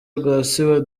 rwasibo